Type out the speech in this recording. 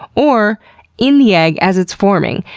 or in the egg as it's forming.